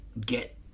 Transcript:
get